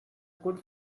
good